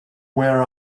where